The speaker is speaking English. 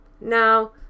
Now